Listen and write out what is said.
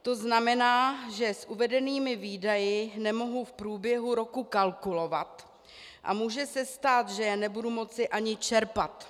To znamená, že s uvedenými výdaji nemohu v průběhu roku kalkulovat a může se stát, že je nebudu moci ani čerpat.